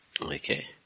Okay